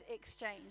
exchange